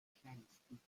kleinsten